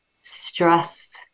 stress